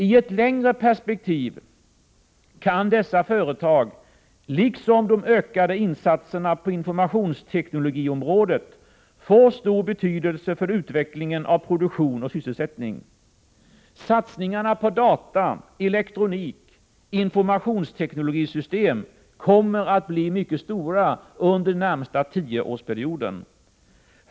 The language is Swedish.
I ett längre perspektiv kan dessa företag, liksom de ökande insatserna på informationsteknologiområdet, få stor betydelse för utvecklingen av produktion och sysselsättning. Satsningarna på data, elektronik och informationsteknologisystem kommer att bli mycket stora under den närmaste tioårsperioden.